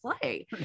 play